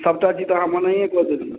सबटा चीज तऽ अहाँ मनाहिए कऽ देलिए